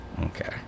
okay